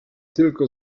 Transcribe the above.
tylko